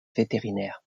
vétérinaire